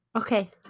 Okay